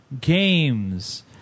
games